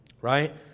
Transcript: right